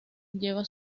lleva